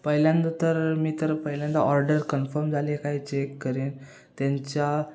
पहिल्यांदा तर मी तर पहिल्यांदा ऑर्डर कन्फर्म झाले काय चेक करेन त्यांच्या